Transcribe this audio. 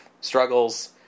struggles